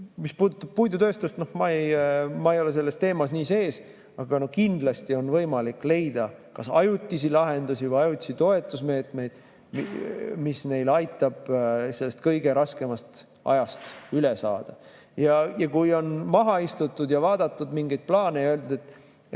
puidutööstust, siis ma ei ole selles teemas nii sees, aga kindlasti on võimalik leida ajutisi lahendusi, ajutisi toetusmeetmeid, mis aitaks neil sellest kõige raskemast ajast üle saada. Kui on maha istutud ja vaadatud mingeid plaane ja öeldud, et